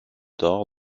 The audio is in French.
d’or